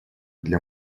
для